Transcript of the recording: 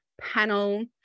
panel